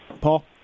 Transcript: Paul